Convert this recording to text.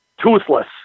toothless